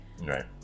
Right